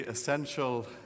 essential